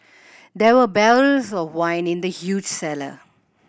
there were barrels of wine in the huge cellar